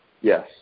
Yes